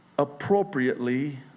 appropriately